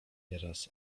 nieraz